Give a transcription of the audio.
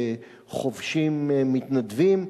כחובשים מתנדבים?